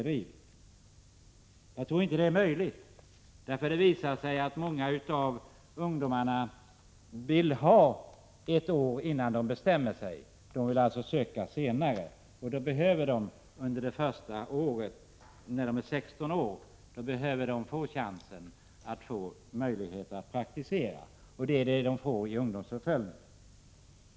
Det har ju visat sig att många av ungdomarna vill ha ett år på sig innan de bestämmer sig. De vill alltså söka senare. Under det första året behöver 16-åringarna ha en chans att praktisera. Det får de tack vare ungdomsuppföljningen.